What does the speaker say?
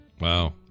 wow